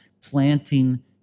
planting